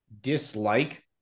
dislike